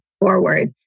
forward